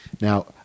Now